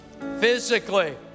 physically